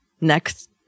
next